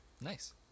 Nice